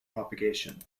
propagation